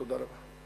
תודה רבה.